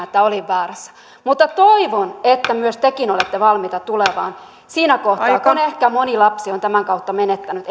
että olin väärässä mutta toivon että myös te olette valmiita tulemaan siinä kohtaa kun ehkä moni lapsi on tämän kautta menettänyt